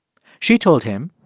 she told him.